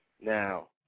Now